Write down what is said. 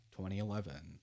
2011